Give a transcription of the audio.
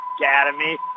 Academy